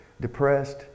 depressed